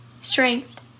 Strength